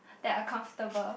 that are comfortable